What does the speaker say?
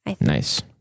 Nice